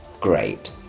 great